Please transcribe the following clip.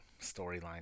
storyline